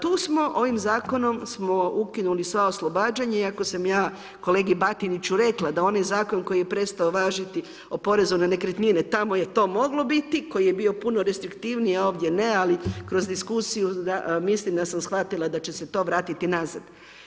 Tu smo, ovim zakonom smo ukinuli sva oslobađanja iako sam ja kolegi Batiniću rekla da onaj zakon koji je prestao važiti o porezu na nekretnine, tamo je to moglo biti, koji je bio puno restriktivniji a ovdje ne, ali kroz diskusiju mislim da sam shvatila da će se to vratiti nazad.